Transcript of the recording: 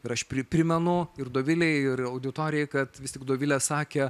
ir aš pri prisimenu ir dovilei ir auditorijai kad vis tik dovilė sakė